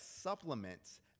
supplements